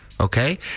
okay